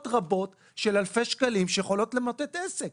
רבות של אלפי שקלים שיכולים למוטט עסק?